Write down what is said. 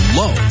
low